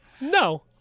No